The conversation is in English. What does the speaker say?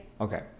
Okay